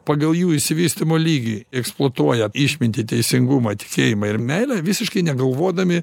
pagal jų išsivystymo lygį eksploatuoja išmintį teisingumą tikėjimą ir meilę visiškai negalvodami